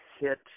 hit